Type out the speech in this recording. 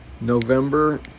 November